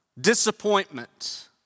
disappointment